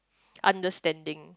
understanding